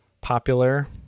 popular